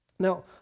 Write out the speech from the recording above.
Now